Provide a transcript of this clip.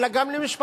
אלא גם למשפחתו,